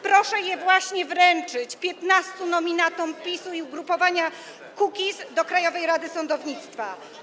Proszę je wręczyć 15 nominatom PiS-u i ugrupowania Kukiz do Krajowej Rady Sądownictwa.